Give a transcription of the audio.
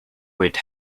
would